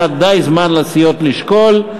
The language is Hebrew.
היה די זמן לסיעות לשקול.